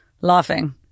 laughing